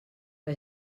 que